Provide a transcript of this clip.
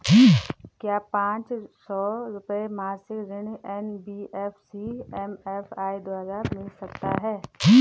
क्या पांच सौ रुपए मासिक ऋण एन.बी.एफ.सी एम.एफ.आई द्वारा मिल सकता है?